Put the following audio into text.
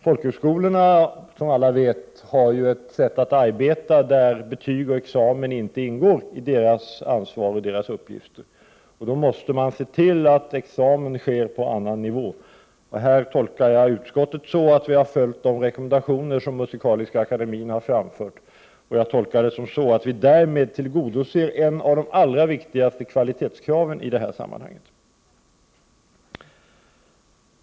Folkhögskolorna har, som alla vet, ett sätt att arbeta där betyg och examen inte ingår i deras ansvar och uppgifter. Då måste man se till att examen kan ske på någon annan nivå. Här tolkar jag utskottets skrivning så, att man i utskottet har följt de rekommendationer som Musikaliska akademien har framfört. Jag tolkar detta som att vi därmed tillgodoser en av de allra viktigaste kvalitetskraven i det här sammanhanget.